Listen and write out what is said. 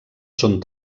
són